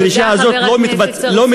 הדרישה הזאת לא מתבצעת,